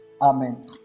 Amen